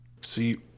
see